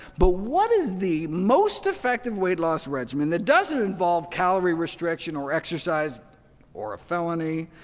but what is the most effective weight-loss regimen that doesn't involve calorie restriction or exercise or a felony?